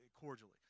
cordially